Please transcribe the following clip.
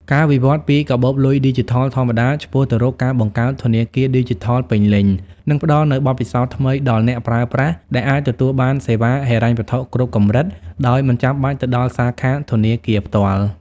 ការវិវត្តពីកាបូបលុយឌីជីថលធម្មតា ឆ្ពោះទៅរកការបង្កើតធនាគារឌីជីថលពេញលេញ នឹងផ្ដល់នូវបទពិសោធន៍ថ្មីដល់អ្នកប្រើប្រាស់ ដែលអាចទទួលបានសេវាហិរញ្ញវត្ថុគ្រប់កម្រិតដោយមិនចាំបាច់ទៅដល់សាខាធនាគារផ្ទាល់។